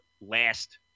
last